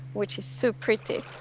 which is so pretty.